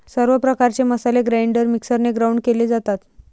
सर्व प्रकारचे मसाले ग्राइंडर मिक्सरने ग्राउंड केले जातात